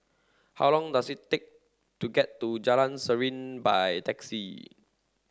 how long does it take to get to Jalan Serene by taxi